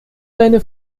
seine